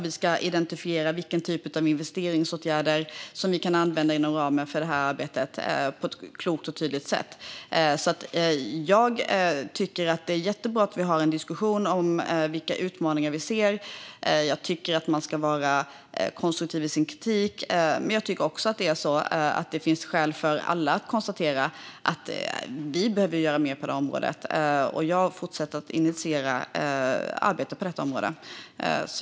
Vi ska identifiera vilken typ av investeringsåtgärder som vi kan använda inom ramen för arbetet på ett klokt och tydligt sätt. Det är jättebra att vi har en diskussion om vilka utmaningar vi ser. Man ska vara konstruktiv i sin kritik. Det finns också skäl för alla att konstatera att vi behöver göra mer på området. Jag fortsätter att initiera arbete på detta område.